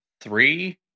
three